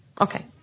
Okay